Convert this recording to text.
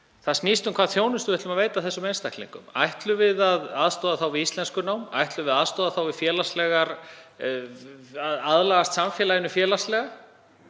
Það snýst um hvaða þjónustu við ætlum að veita þessum einstaklingum. Ætlum við að aðstoða þá við íslenskunám? Ætlum við að aðstoða þá við að aðlagast samfélaginu? Það er